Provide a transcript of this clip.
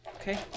Okay